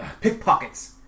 pickpockets